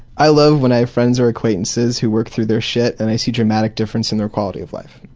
i love when i have friends or acquaintances who work through their shit and i see dramatic differences in their quality of life.